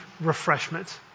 refreshment